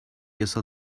yasa